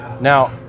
now